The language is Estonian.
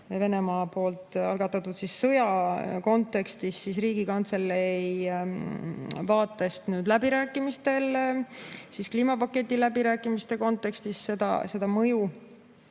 Venemaa poolt algatatud sõja kontekstis Riigikantselei vaatest kliimapaketi läbirääkimiste kontekstis seda mõju.